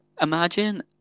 Imagine